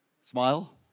Smile